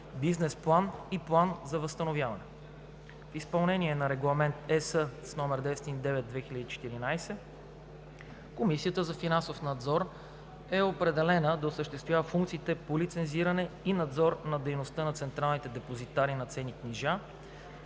бизнес план и план за възстановяване. В изпълнение на Регламент (ЕС) № 909/2014 Комисията за финансов надзор е определена да осъществява функциите по лицензиране и надзор на дейността на централните депозитари на ценни книжа,